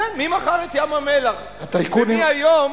ומי היום